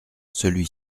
celui